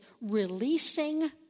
releasing